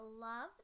love